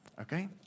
Okay